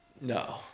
no